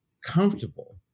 comfortable